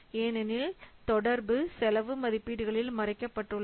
ஏனெனில் தொடர்பு செலவு மதிப்பீடுகளில் மறைக்கப்பட்டுள்ளது